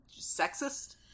sexist